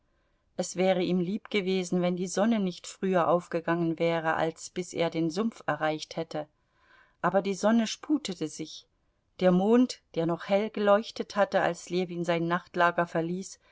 es wäre ihm lieb gewesen wenn die sonne nicht früher aufgegangen wäre als bis er den sumpf erreicht hätte aber die sonne sputete sich der mond der noch hell geleuchtet hatte als ljewin sein nachtlager verließ